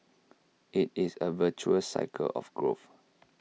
IT is A virtuous cycle of growth